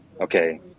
Okay